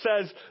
says